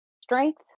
strength